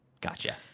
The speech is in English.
Gotcha